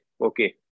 Okay